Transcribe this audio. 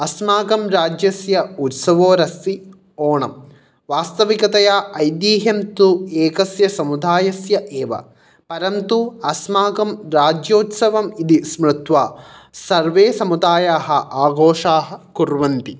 अस्माकं राज्यस्य उत्सवोरस्ति ओणं वास्तविकतया ऐद्येहं तु एकस्य समुदायस्य एव परन्तु अस्माकं राज्योत्सवम् इति स्मृत्वा सर्वे समुदायाः आघोषाः कुर्वन्ति